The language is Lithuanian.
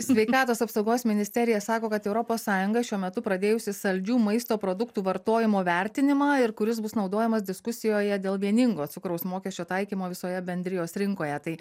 sveikatos apsaugos ministerija sako kad europos sąjunga šiuo metu pradėjusi saldžių maisto produktų vartojimo vertinimą ir kuris bus naudojamas diskusijoje dėl vieningo cukraus mokesčio taikymo visoje bendrijos rinkoje tai